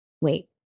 wait